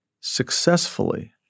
successfully